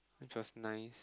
it was nice